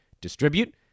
distribute